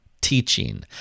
teaching